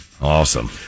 Awesome